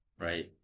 right